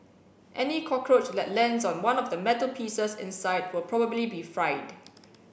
any cockroach that lands on one of the metal pieces inside will probably be fried